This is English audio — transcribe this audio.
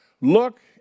look